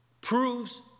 proves